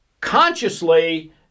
consciously